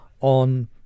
on